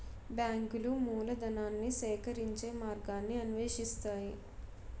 బ్యాంకులు మూలధనాన్ని సేకరించే మార్గాన్ని అన్వేషిస్తాయి